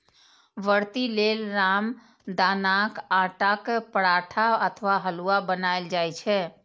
व्रती लेल रामदानाक आटाक पराठा अथवा हलुआ बनाएल जाइ छै